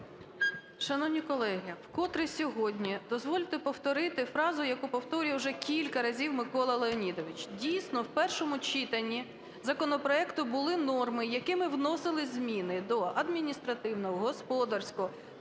Шановні колеги, вкотре сьогодні дозвольте повторити фразу, яку повторює вже кілька разів Микола Леонідович. Дійсно, в першому читанні законопроекту були норми, якими вносились зміни до Адміністративного, Господарського,